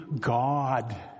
God